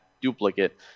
duplicate